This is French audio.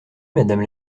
madame